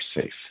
safe